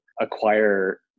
acquire